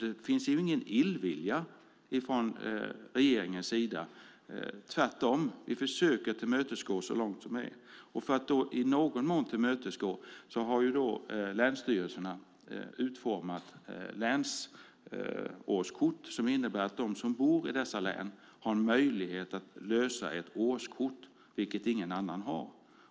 Det finns alltså ingen illvilja från regeringens sida. Tvärtom försöker vi så långt som möjligt tillmötesgå kraven. För att i någon mån göra det har länsstyrelserna utformat länsårskort. De som bor i berörda län har möjlighet att lösa ett årskort, en möjlighet som ingen annan har.